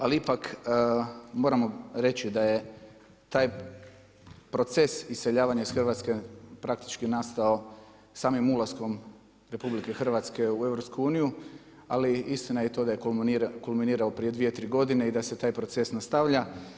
Ali ipak moram reći da je taj proces iseljavanja iz Hrvatske praktički nastao samim ulaskom RH u EU, ali istina je to da je kulminirao prije dvije, tri godine i da se taj proces nastavlja.